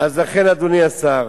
לכן, אדוני השר,